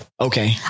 Okay